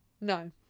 No